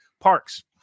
parks